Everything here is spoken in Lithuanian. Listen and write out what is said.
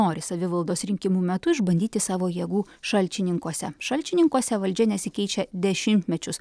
nori savivaldos rinkimų metu išbandyti savo jėgų šalčininkuose šalčininkuose valdžia nesikeičia dešimtmečius